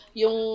yung